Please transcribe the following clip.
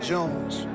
Jones